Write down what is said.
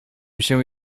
się